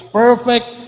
perfect